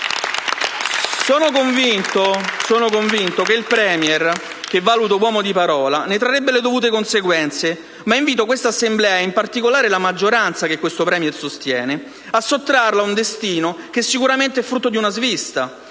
Sono convinto che il *Premier*, che valuto un uomo di parola, ne trarrebbe le dovute conseguenze, ma invito questa Assemblea - e in particolare la maggioranza che questo *Premier* sostiene - a sottrarlo a un destino, che sicuramente è frutto di una svista,